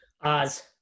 Oz